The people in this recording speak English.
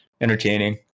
entertaining